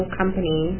company